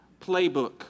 playbook